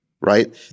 right